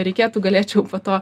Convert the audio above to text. reikėtų galėčiau po to